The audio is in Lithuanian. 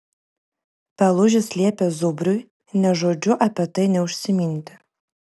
pelužis liepė zubriui nė žodžiu apie tai neužsiminti